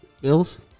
Bills